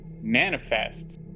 manifests